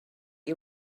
you